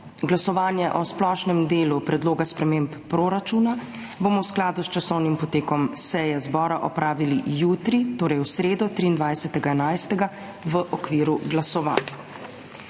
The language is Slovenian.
Glasovanje o splošnem delu predloga sprememb proračuna bomo v skladu s časovnim potekom seje zbora opravili jutri, torej v sredo, 23. 11., v okviru glasovanj.